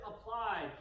applied